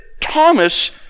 Thomas